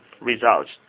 results